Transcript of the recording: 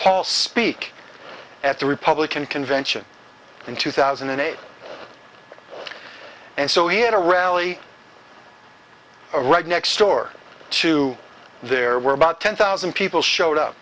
paul speak at the republican convention in two thousand and eight and so he had a rally right next door to there were about ten thousand people showed up